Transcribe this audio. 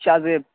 شاہ زیب